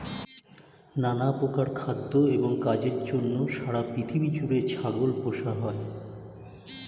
নানা প্রকার খাদ্য এবং কাজের জন্য সারা পৃথিবী জুড়ে ছাগল পোষা হয়